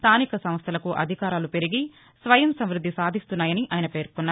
స్థానిక సంస్థలకు అధికారాలు పెరిగి స్వయం సమృద్ది సాధిస్తాయని ఆయన పేర్కొన్నారు